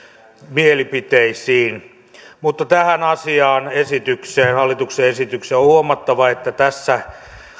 mielipiteisiin mutta tähän asiaan hallituksen esitykseen on on huomattava että tässä